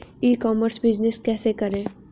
ई commerce business कैसे करें?